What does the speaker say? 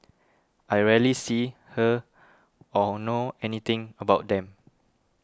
I rarely see her or know anything about them